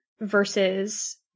versus